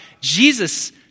Jesus